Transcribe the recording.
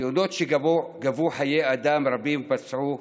שגבו חיי אדם ופצעו אחרים.